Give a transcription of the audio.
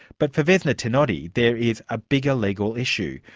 but for vesna tenodi there is a bigger legal issue,